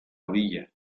orilla